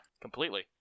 Completely